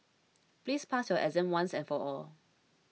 please pass your exam once and for all